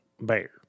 bear